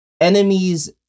Enemies